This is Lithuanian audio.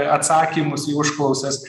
atsakymus į užklausas